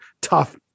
tough